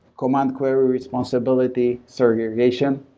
command query responsibility segregation,